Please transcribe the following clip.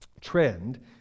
trend